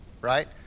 right